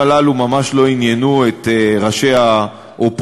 הנושאים הללו ממש לא עניינו את ראשי האופוזיציה.